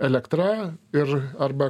elektra ir arba